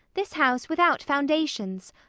this house without foundations.